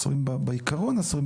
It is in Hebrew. אסורים בעיקרון אסורים,